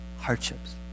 hardships